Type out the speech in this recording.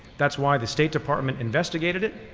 that's why the state department investigated it.